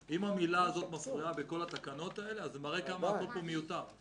אם המילה הזו מפריעה בכל התקנות האלה אז זה מראה כמה הכול פה זה מיותר.